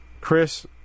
Chris